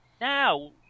Now